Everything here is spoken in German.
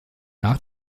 nach